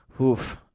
Oof